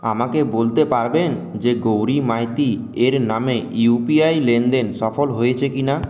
আমাকে বলতে পারবেন যে গৌরী মাইতি এর নামে ইউ পি আই লেনদেন সফল হয়েছে কিনা